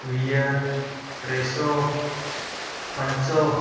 वीह टे सौ पंज सौ